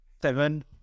seven